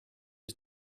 who